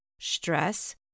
stress